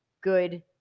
good